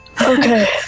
Okay